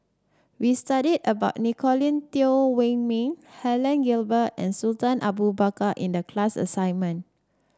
we studied about Nicolette Teo Wei Min Helen Gilbey and Sultan Abu Bakar in the class assignment